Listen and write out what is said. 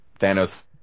Thanos